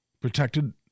protected